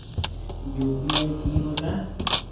UPI कि होला?